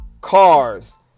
cars